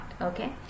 Okay